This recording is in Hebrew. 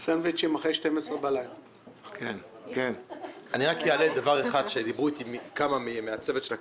אני אעלה עניין שדברו איתי כמה מהצוות.